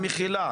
המחילה,